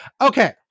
Okay